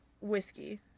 whiskey